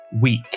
week